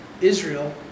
Israel